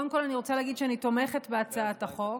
קודם כול אני רוצה להגיד שאני תומכת בהצעת החוק,